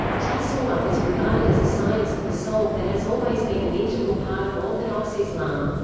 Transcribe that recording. tasawwuf is regarded as a science of the soul that has always been an integral part of orthodox islam.